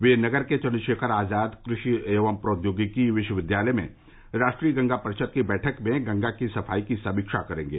वह नगर के चन्द्रशेखर आजाद कृषि एवं प्रौद्योगिकी विश्वविद्यालय में राष्ट्रीय गंगा परिषद की बैठक में गंगा की सफाई की समीक्षा करेंगे